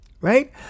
Right